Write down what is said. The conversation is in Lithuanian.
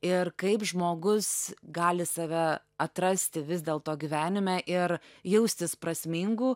ir kaip žmogus gali save atrasti vis dėlto gyvenime ir jaustis prasmingu